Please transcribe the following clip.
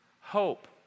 Hope